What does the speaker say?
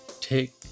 take